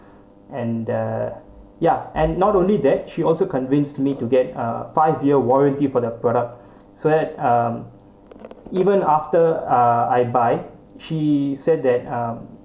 and the ya and not only that she also convinced me to get a five year warranty for the product so that um even after uh I buy she said that um